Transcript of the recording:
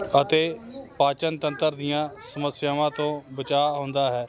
ਅਤੇ ਪਾਚਨ ਤੰਤਰ ਦੀਆਂ ਸਮੱਸਿਆਵਾਂ ਤੋਂ ਬਚਾਅ ਆਉਂਦਾ ਹੈ